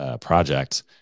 project